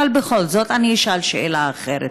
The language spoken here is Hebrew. אבל בכל זאת אני אשאל שאלה אחרת,